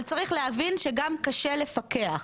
אבל צריך להבין שגם קשה לפקח.